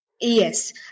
Yes